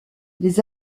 les